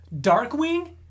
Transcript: Darkwing